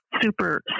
Super